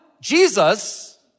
Jesus